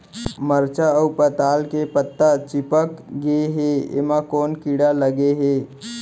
मरचा अऊ पताल के पत्ता चिपक गे हे, एमा कोन कीड़ा लगे है?